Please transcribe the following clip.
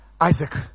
Isaac